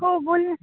हो बोल ना